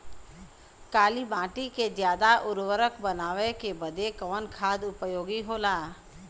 काली माटी के ज्यादा उर्वरक बनावे के बदे कवन खाद उपयोगी होला?